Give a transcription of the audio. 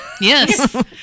Yes